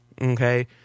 okay